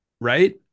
Right